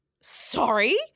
sorry